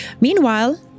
Meanwhile